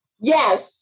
Yes